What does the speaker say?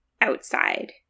outside